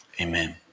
Amen